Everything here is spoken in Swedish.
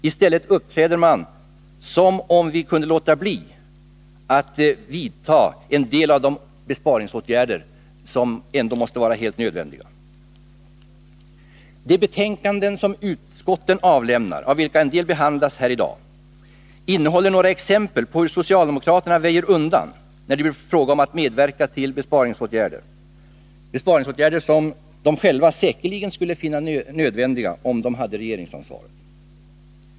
I stället uppträder man som om vi kunde låta bli att vidta en del av de besparingsåtgärder som ändå är nödvändiga. De betänkanden som utskotten avlämnar, av vilka en del behandlas i dag, innehåller några nya exempel på hur socialdemokraterna väjer undan när det blir fråga om att medverka till besparingsåtgärder — besparingsåtgärder som de själva säkerligen skulle finna nödvändiga, om de hade regeringsansvaret.